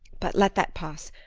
but let that pass.